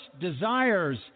desires